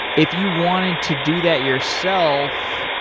if you wanted to do that yourself,